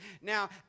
now